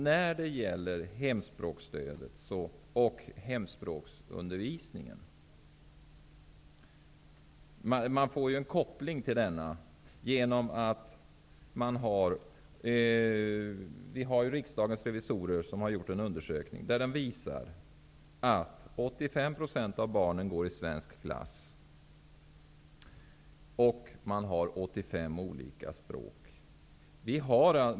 När det gäller hemspråksstödet och hemspråksundervisningen finns det en koppling. Riksdagens revisorer har gjort en undersökning, som visar att 85 % av barnen går i svensk klass och att man har 85 olika språk.